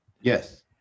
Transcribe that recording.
Yes